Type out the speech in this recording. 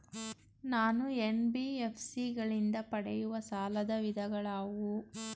ನಾನು ಎನ್.ಬಿ.ಎಫ್.ಸಿ ಗಳಿಂದ ಪಡೆಯುವ ಸಾಲದ ವಿಧಗಳಾವುವು?